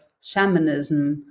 shamanism